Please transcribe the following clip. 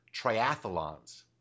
triathlons